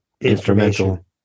instrumental